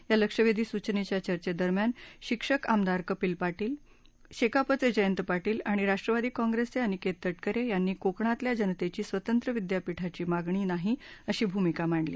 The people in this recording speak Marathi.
या लक्षवेधी सुचनेच्या चर्चे दरम्यान शिक्षक आमदार कपिल पाटील शेकापचे जयंत पाटील आणि राष्ट्रवादी काँग्रेसचे अनिकेत तटकरे यांनी कोकणातल्या जनतेची स्वतंत्र विद्यापीठाची मागणी नाही अशी भूमिका मांडली